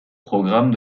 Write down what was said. programmes